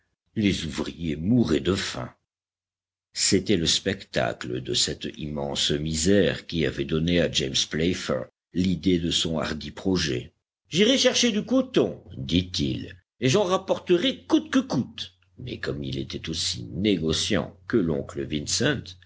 les ouvriers mouraient de faim c'était le spectacle de cette immense misère qui avait donné à james playfair l'idée de son hardi projet j'irai chercher du coton dit-il et j'en rapporterai coûte que coûte mais comme il était aussi négociant que l'oncle vincent